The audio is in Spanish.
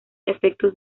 efectos